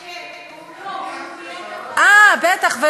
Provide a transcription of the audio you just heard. כן, כן, אה, בטח.